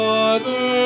Father